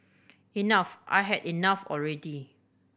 enough I had enough already